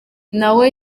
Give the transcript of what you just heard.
nawe